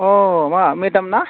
अ मा मेडाम ना